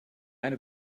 eine